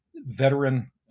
veteran